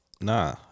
Nah